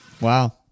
Wow